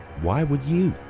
why would you?